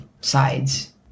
sides